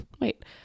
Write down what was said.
wait